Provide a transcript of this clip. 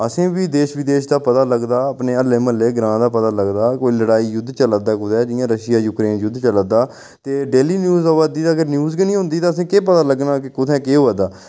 असें बी देश विदेश दा पता लगदा अपने हल्ले म्हल्ले ग्रांऽ दा पता लगदा कोई लड़ाई जुद्ध चला दा कुतै जि'यां रशिया जुद्ध यूक्रेन जुद्ध चला दा ते डेह्ली न्यूज आवै दी ते अगर न्यूज गै निं होंदी तां असें ई केह् पता लग्गना कि कुत्थै केह् होआ दा